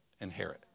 inherit